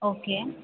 okay